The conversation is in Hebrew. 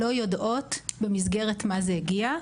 לא יודעות במסגרת מה זה הגיע,